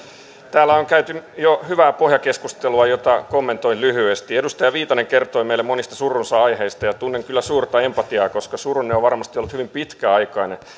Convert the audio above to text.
täällä on käyty jo hyvää pohjakeskustelua jota kommentoin lyhyesti edustaja viitanen kertoi meille monista surunsa aiheista ja tunnen kyllä suurta empatiaa koska surunne on varmasti ollut hyvin pitkäaikainen